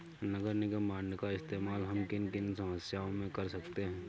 नगर निगम बॉन्ड का इस्तेमाल हम किन किन समस्याओं में कर सकते हैं?